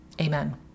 Amen